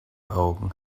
augen